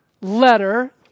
letter